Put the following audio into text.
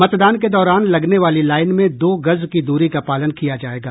मतदान के दौरान लगने वाली लाईन में दो गज की दूरी का पालन किया जायेगा